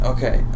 Okay